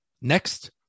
Next